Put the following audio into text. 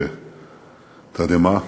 בתדהמה.